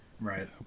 right